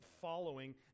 following